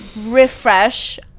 refresh